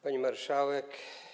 Pani Marszałek!